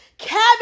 cabbage